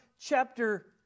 chapter